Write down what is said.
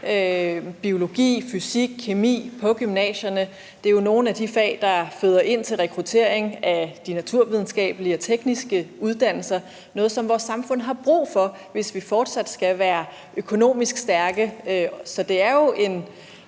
biologi, fysik, kemi – på gymnasierne. Det er jo nogle af de fag, der føder ind til rekruttering på de naturvidenskabelige og tekniske uddannelser – noget, som vores samfund har brug for, hvis vi fortsat skal være økonomisk stærke. Så det er jo en